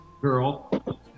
girl